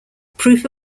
proof